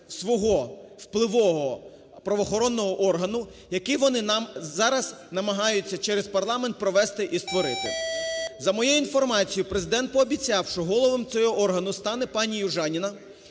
свого впливового правоохоронного органу, який вони нам зараз намагаються через парламент провести і створити. За моєю інформацією, Президент пообіцяв, що головою цього органу стане пані Южаніна,